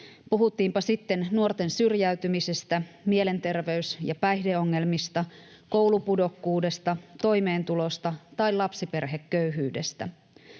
puhuttiinpa sitten nuorten syrjäytymisestä, mielenterveys- ja päihdeongelmista, koulupudokkuudesta, toimeentulosta tai lapsiperheköyhyydestä.